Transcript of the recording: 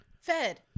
Fed